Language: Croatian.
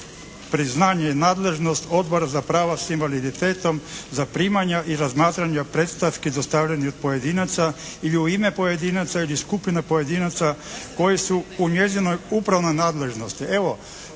priznanje i nadležnost Odbora za prava s invaliditetom za primanja i razmatranja predstavki dostavljenih od pojedinaca ili u ime pojedinaca ili skupina pojedinaca koji su u njezinoj upravnoj nadležnosti.